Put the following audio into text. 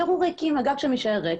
פשוט הגג שלהם יישאר ריק,